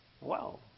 Wow